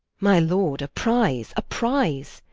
my lord, a prize, a prize,